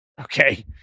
Okay